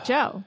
Joe